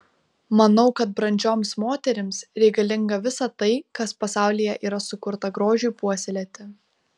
manau kad brandžioms moterims reikalinga visa tai kas pasaulyje yra sukurta grožiui puoselėti